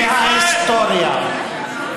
מההיסטוריה.